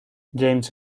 james